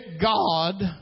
God